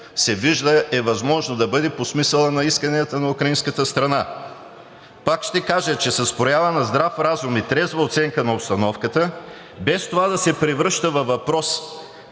се вижда, е възможно да бъде по смисъла на исканията на украинската страна и пак ще кажа, че с проява на здрав разум и трезва оценка на обстановката, без това да се превръща във въпрос,